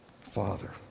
Father